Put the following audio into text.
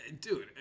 dude